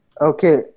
Okay